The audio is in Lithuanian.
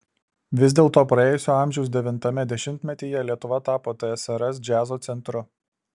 vis dėlto praėjusio amžiaus devintame dešimtmetyje lietuva tapo tsrs džiazo centru